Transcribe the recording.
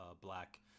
black